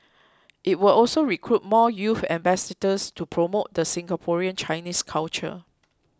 it will also recruit more youth ambassadors to promote the Singaporean Chinese culture